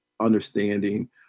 understanding